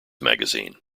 magazine